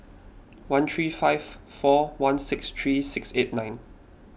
one three five four one six three six eight nine